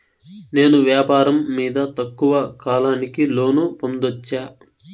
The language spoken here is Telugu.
నేను వ్యాపారం మీద తక్కువ కాలానికి లోను పొందొచ్చా?